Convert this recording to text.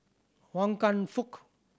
Wan Kam Fook